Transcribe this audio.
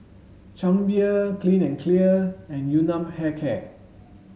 Chang Beer Clean and Clear and Yun Nam Hair Care